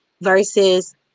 versus